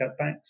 cutbacks